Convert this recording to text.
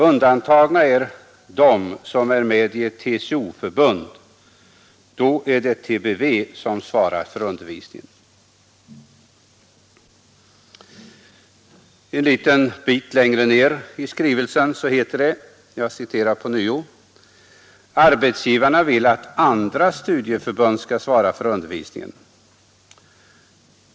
Undantagna är de som är med i ett TCO-förbund. Då är det TBV som svarar för undervisningen.” Litet längre ner i skrivelsen heter det: ”Arbetsgivarna vill att andra studieförbund skall svara för undervisningen.